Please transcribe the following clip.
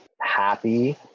happy